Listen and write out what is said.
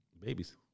Babies